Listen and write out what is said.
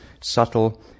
subtle